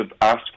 asked